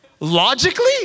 Logically